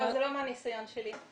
זה לא מהניסיון שלי.